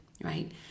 right